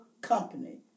company